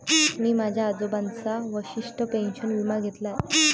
मी माझ्या आजोबांचा वशिष्ठ पेन्शन विमा घेतला आहे